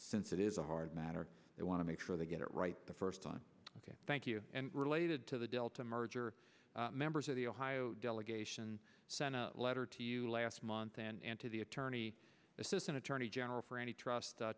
since it is a hard matter they want to make sure they get it right the first time thank you and related to the delta merger members of the ohio delegation sent a letter to you last month and to the attorney assistant attorney general for any trust